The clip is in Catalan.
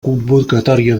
convocatòria